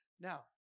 Now